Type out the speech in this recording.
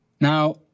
Now